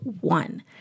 one